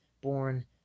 born